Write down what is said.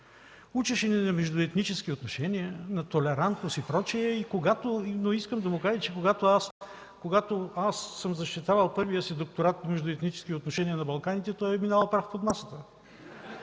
Учеше ни на междуетнически отношения, на толерантност и прочие. Искам да му кажа, че когато аз съм защитавал първия си докторат по междуетнически отношения на Балканите, той е минавал прав под масата.